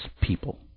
people